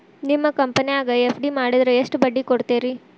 ನಿಮ್ಮ ಕಂಪನ್ಯಾಗ ಎಫ್.ಡಿ ಮಾಡಿದ್ರ ಎಷ್ಟು ಬಡ್ಡಿ ಕೊಡ್ತೇರಿ?